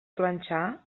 planxar